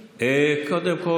אה, קודם כול.